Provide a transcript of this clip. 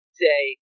say